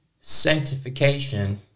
sanctification